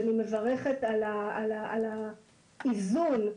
אני מברכת על האיזון ,